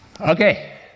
Okay